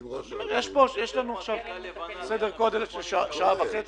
יש לנו עכשיו סדר גודל של שעה וחצי.